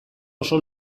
oso